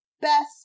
best